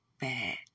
bad